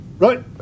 Right